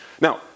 Now